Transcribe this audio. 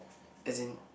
as in